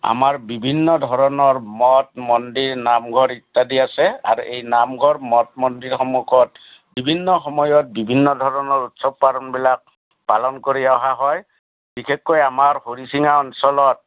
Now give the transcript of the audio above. আমাৰ বিভিন্ন ধৰণৰ মথ মন্দিৰ নামঘৰ ইত্যাদি আছে আৰু এই নামঘৰ মথ মন্দিৰ সন্মুখত বিভিন্ন সময়ত বিভিন্ন ধৰণৰ উৎসৱ পাৰ্বণবিলাক পালন কৰি অহা হয় বিশেষকৈ আমাৰ হৰিচিঙা অঞ্চলত